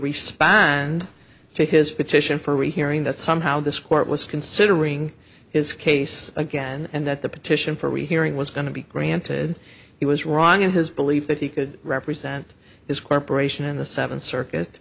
respond to his petition for rehearing that somehow this court was considering his case again and that the petition for rehearing was going to be granted he was wrong in his belief that he could represent his corporation in the seventh circuit